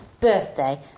birthday